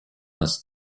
нас